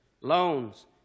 loans